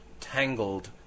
tangled